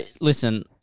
listen